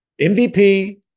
MVP